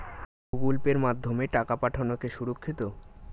Google পের মাধ্যমে টাকা পাঠানোকে সুরক্ষিত?